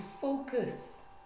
focus